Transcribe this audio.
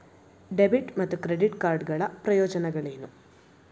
Debit ಮತ್ತು credit card ಗಳ ಪ್ರಯೋಜನಗಳೇನು?